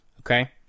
Okay